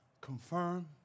confirm